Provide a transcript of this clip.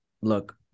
look